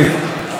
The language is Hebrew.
מה הפלא?